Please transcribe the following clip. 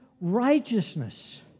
righteousness